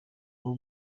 ubu